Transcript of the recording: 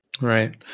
Right